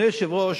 אדוני היושב-ראש,